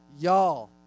Y'all